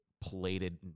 plated